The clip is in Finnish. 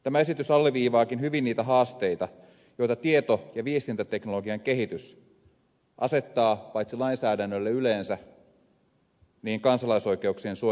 tämä esitys alleviivaakin hyvin niitä haasteita joita tieto ja viestintäteknologian kehitys asettaa paitsi lainsäädännölle yleensä myös kansalaisoikeuksien suojelulle erityisesti